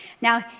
now